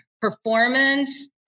performance